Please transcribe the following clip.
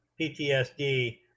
PTSD